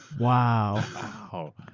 wow,